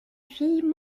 fille